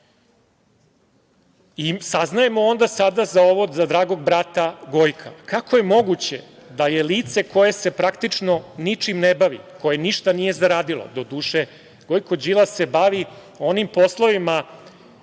podaci. Saznajemo ovo sada, za dragog brata Gojka. Kako je moguće da je lice koje se praktično ničim ne bavi, koje ništa nije zaradilo, doduše, Gojko Đilas se bavi onim poslovima